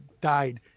died